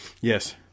Yes